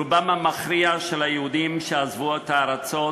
רובם המכריע של היהודים שעזבו את הארצות